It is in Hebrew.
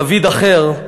דוד אחר,